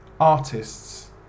Artists